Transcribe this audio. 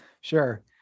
sure